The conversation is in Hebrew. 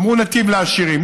אמרו: נתיב לעשירים.